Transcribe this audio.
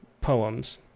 poems